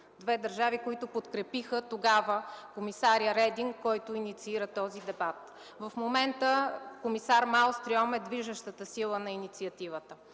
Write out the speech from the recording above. Две държави, които подкрепиха тогава комисаря Рединг, който инициира този дебат. В момента комисар Маелстрьом е движещата сила на инициативата.